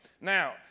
Now